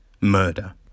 murder